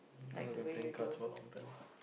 because I've been playing cards for a long time